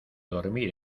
dormir